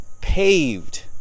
paved